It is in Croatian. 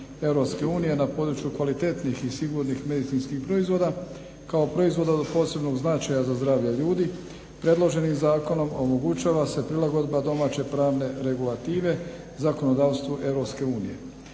na području kvalitetnih i sigurnih medicinskih proizvoda kao proizvoda od posebnog značaja za zdravlje ljudi predloženim zakonom omogućava se prilagodba domaće pravne regulative zakonodavstva EU.